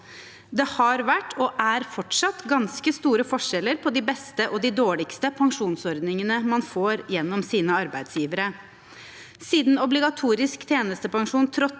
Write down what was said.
Det har vært og er fortsatt ganske store forskjeller på de beste og de dårligste pensjonsordningene man får gjennom sine arbeidsgivere. Siden obligatorisk tjenestepensjon trådte